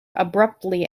abruptly